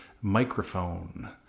microphone